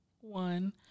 one